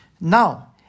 Now